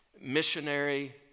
Missionary